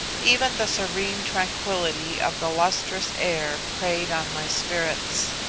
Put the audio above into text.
even the serene tranquility of the lustrous air preyed on my spirits.